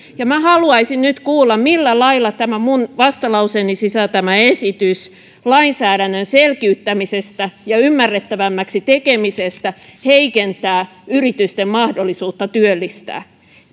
minä haluaisin nyt kuulla millä lailla tämä minun vastalauseeni sisältämä esitys lainsäädännön selkiyttämisestä ja ymmärrettävämmäksi tekemisestä heikentää yritysten mahdollisuutta työllistää